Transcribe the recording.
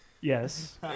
Yes